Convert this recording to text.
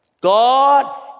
God